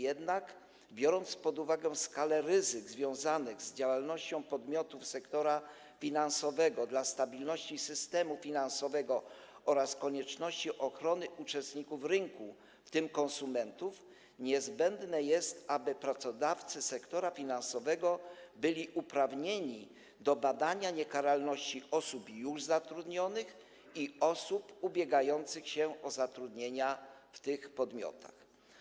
Jednak biorąc pod uwagę skalę ryzyk związanych z działalnością podmiotów sektora finansowego dla stabilności systemu finansowego oraz konieczności ochrony uczestników rynku, w tym konsumentów, niezbędne jest, aby pracodawcy sektora finansowego byli uprawnieni do badania niekaralności osób już zatrudnionych i osób ubiegających się o zatrudnienie w tych podmiotach.